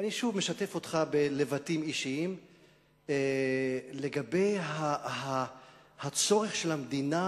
ואני שוב משתף אותך בלבטים אישיים לגבי הצורך של המדינה